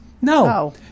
No